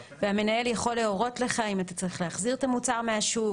והמנהל יכול להורות לך אם אתה צריך להחזיר את המוצר מהשוק,